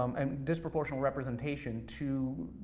um um disproportional representation to,